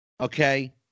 Okay